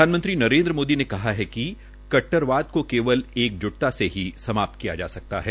प्रधानमंत्री नरेन्द्र मोदी ने कहा है कि कट्टरवाद को केवल एकजुटता से ही समाप्त किया जा सकता है